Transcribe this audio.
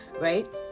right